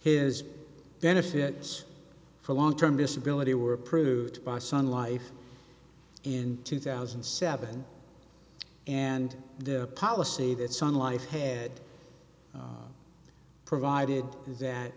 his benefits for long term disability were approved by son life in two thousand and seven and the policy that sun life had provided that